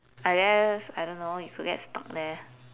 I guess I don't know you could get stuck there